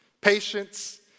patience